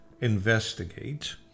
investigate